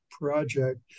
project